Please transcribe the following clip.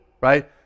right